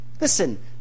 Listen